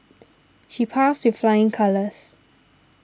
she passed with flying colours